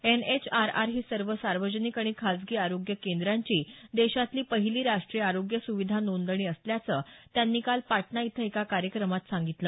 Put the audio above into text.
NHRR ही सर्व सार्वजनिक आणि खासगी आरोग्य केंद्रांची देशातली पहिली राष्ट्रीय आरोग्य सुविधा नोंदणी असल्याचं त्यांनी काल पाटणा इथं एका कार्यक्रमात सांगितलं